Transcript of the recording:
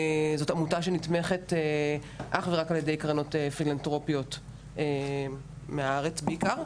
זו עמותה שנתמכת אך ורק על ידי קרנות פילנתרופיות מהארץ בעיקר,